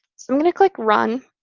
so i'm going to click run.